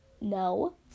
no